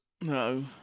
No